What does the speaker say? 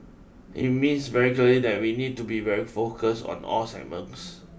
it means very clearly that we need to be very focused on all segments